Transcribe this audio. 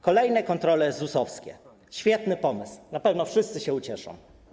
Kolejne kontrole ZUS-owskie - świetny pomysł, na pewno wszyscy się ucieszą.